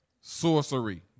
sorcery